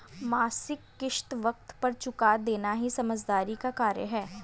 मासिक किश्त वक़्त पर चूका देना ही समझदारी का कार्य है